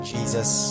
Jesus